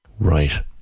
Right